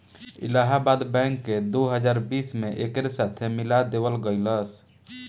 Allahabad bank के दो हजार बीस में एकरे साथे मिला देवल गईलस